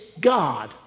God